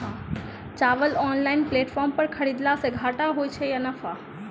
चावल online platform पर खरीदलासे घाटा होइ छै या नफा?